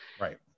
Right